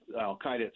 Al-Qaeda